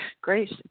Grace